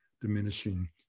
diminishing